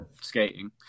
skating